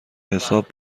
حساب